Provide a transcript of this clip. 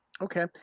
Okay